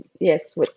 Yes